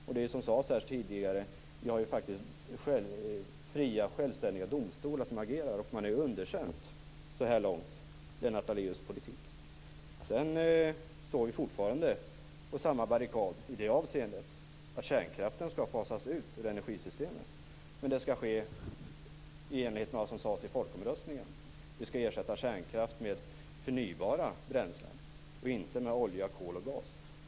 Som tidigare sades här har vi faktiskt fria och självständiga domstolar som agerar. Så här långt har man underkänt Vi står fortfarande på samma barrikad när det gäller att kärnkraften skall fasas ut ur energisystemet men det skall ske i enlighet med vad som sades i folkomröstningen. Vi skall ersätta kärnkraften med förnybara bränslen, inte med olja, kol och gas.